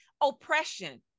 Oppression